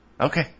Okay